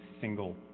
single